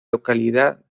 localidad